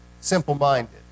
simple-minded